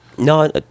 no